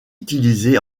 utilisé